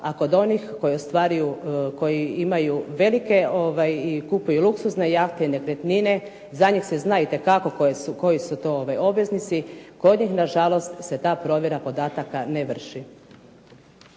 A kod onih koji imaju velike i kupuju luksuzne jahte i nekretnine, za njih se zna itekako koji su to obveznici. Kod njih nažalost se ta provjera podataka ne vrši.